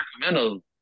Sacramento